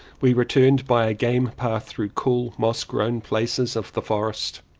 we returned by a game path through cool moss-grown places of the forest.